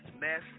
mess